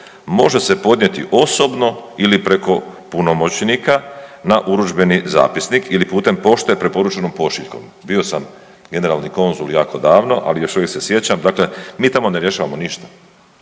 može se podnijeti osobno ili preko punomoćnika na urudžbeni zapisnik ili putem pošte preporučenom pošiljkom. Bio sam generalni konzul jako davno, ali još uvijek se sjećam, dakle, mi tamo ne rješavamo ništa.